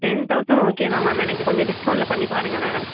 ten thousand okay தான் ma'am எனக்கு கொஞ்சம் டிஸ்கவுண்ட்டில் பண்ணி பாருங்களேன்